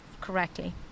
correctly